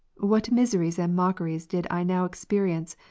what miseries and mockeries did i now experience,